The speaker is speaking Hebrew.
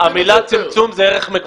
המלה צמצום זה ערך מקודש.